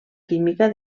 química